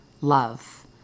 love